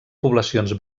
poblacions